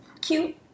cute